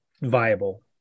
viable